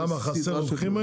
למה, היום חסרים רוקחים?